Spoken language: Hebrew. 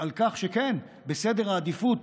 על כך שבסדר העדיפויות,